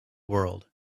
world